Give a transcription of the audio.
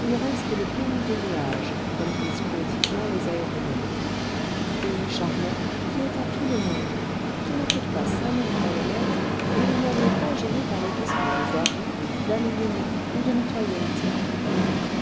il reste le pays des nuages comme disent poétiquement les aéronautes pays charmant qui est à tout le monde qui ne coûte pas cinq mille francs le mètre et où l'on n'est pas gêné par les questions de voirie d'abgnement ou de mitoyenneté